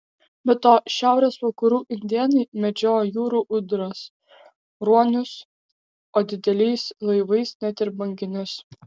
be to šiaurės vakarų indėnai medžiojo jūrų ūdras ruonius o dideliais laivais net ir banginius